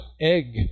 egg